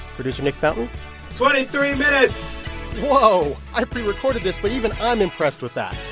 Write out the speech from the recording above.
producer nick fountain twenty-three minutes whoa. i pre-recorded this, but even i'm impressed with that.